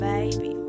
Baby